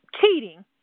cheating